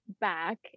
back